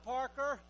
Parker